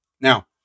now